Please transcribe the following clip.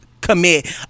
commit